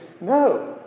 No